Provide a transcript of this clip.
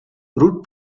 root